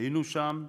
היינו שם.